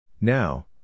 Now